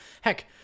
Heck